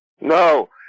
No